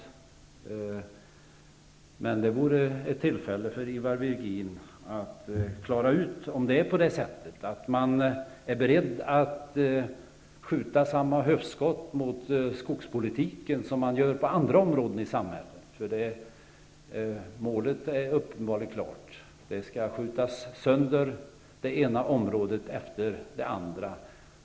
Ivar Virgin har tillfälle att klara ut om regeringen är beredd att skjuta samma höftskott mot skogspolitiken som man gör mot andra områden i samhället. Målet är uppenbarligen klart: det ena området efter det andra skall skjutas sönder.